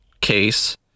case